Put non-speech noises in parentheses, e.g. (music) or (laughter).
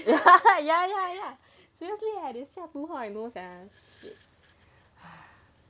(laughs) ya ya ya ya seriously leh they 下毒 how I know sia shit (breath)